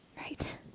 right